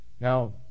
Now